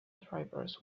drivers